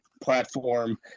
platform